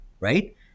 Right